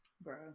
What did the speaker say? Bro